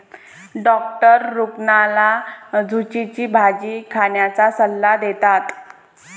doctor रुग्णाला झुचीची भाजी खाण्याचा सल्ला देतात